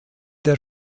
der